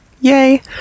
yay